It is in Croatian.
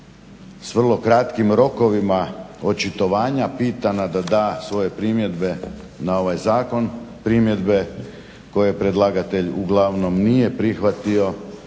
s vrlo kratkim rokovima očitovanja pitana da da svoje primjedbe na ovaj zakon, primjedbe koje predlagatelj uglavnom nije prihvatio